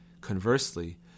Conversely